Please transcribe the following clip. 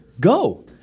go